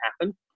happen